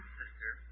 sister